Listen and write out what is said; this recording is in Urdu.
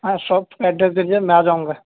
ہاں شاپ کا ایڈریس دے دیجیے میں آ جاؤں گا